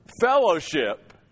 Fellowship